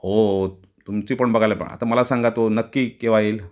हो हो तुमची पण बघायला पाय आता मला सांगा आता तो नक्की केव्हा येईल